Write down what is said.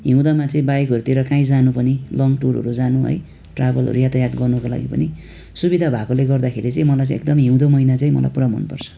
हिउँदोमा चाहिँ बाइकहरूतिर कहीँ जानु पनि लङ टुरहरू जानु है ट्राभलहरू यातायात गर्नुको लागि पनि सुविधा भएकोले गर्दाखेरि चाहिँ मलाई चाहिँ एकदम हिउँदो महिना चाहिँ मलाई पुरा मन पर्छ